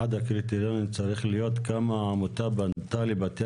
אחד הקריטריונים צריך להיות כמה העמותה פנתה לבתי